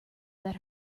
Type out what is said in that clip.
that